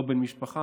לא בן משפחה,